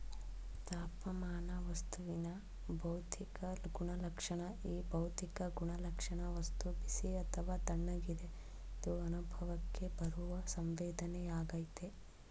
ತಾಪಮಾನ ವಸ್ತುವಿನ ಭೌತಿಕ ಗುಣಲಕ್ಷಣ ಈ ಭೌತಿಕ ಗುಣಲಕ್ಷಣ ವಸ್ತು ಬಿಸಿ ಅಥವಾ ತಣ್ಣಗಿದೆ ಎಂದು ಅನುಭವಕ್ಕೆ ಬರುವ ಸಂವೇದನೆಯಾಗಯ್ತೆ